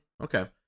Okay